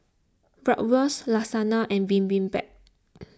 Bratwurst Lasagne and Bibimbap